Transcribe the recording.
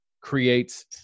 creates